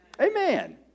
Amen